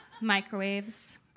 Microwaves